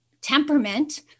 Temperament